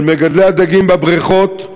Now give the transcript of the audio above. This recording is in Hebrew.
של מגדלי הדגים בבריכות,